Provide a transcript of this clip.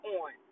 on